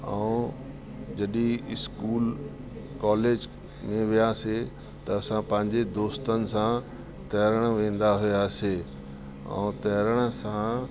ऐं जॾहिं school college में वियासे त असां पंहिंजे दोस्तनि सां तैरण वेंदा हुयासे ऐं तैरण सां